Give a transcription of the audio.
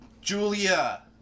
Julia